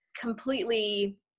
completely